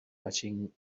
watching